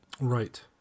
right